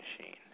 machine